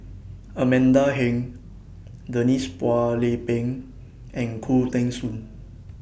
Amanda Heng Denise Phua Lay Peng and Khoo Teng Soon